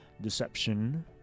deception